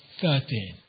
thirteen